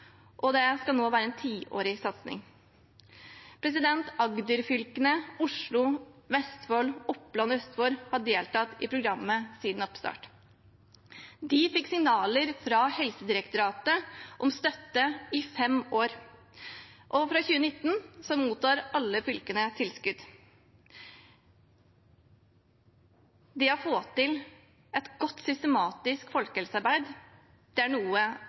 og det skal nå være en tiårig satsing. Agder-fylkene, Oslo, Vestfold, Oppland og Østfold har deltatt i programmet siden oppstart. De fikk signaler fra Helsedirektoratet om støtte i fem år, og fra 2019 mottar alle fylkene tilskudd. Viktigheten av å få til et godt, systematisk folkehelsearbeid er noe